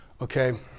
Okay